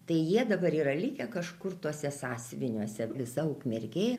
tai jie dabar yra likę kažkur tuose sąsiuviniuose visa ukmergė